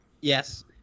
Yes